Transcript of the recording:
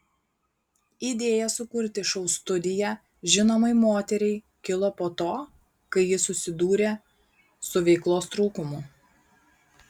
idėja sukurti šou studiją žinomai moteriai kilo po to kai ji susidūrė su veiklos trūkumu